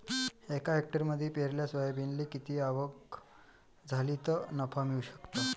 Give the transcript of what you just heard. एका हेक्टरमंदी पेरलेल्या सोयाबीनले किती आवक झाली तं नफा मिळू शकन?